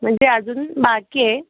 म्हणजे अजून बाकी आहे